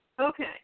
Okay